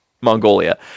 Mongolia